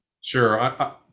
Sure